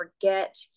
forget